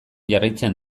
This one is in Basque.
jarraitzen